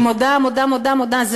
אני מודה, מודה, מודה, מודה.